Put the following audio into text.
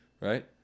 right